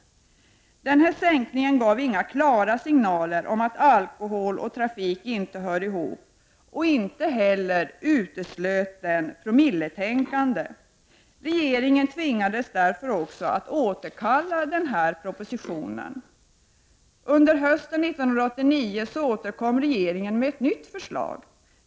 Denna sänkning gav inga klara signaler om att alkohol och trafik inte hör ihop. Den uteslöt inte heller promilletänkandet. Därför tvingades regeringen också att återkalla den propositionen. Under hösten 1989 återkom regeringen med ett nytt förslag.